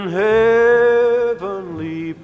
heavenly